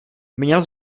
měl